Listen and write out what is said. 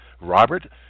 Robert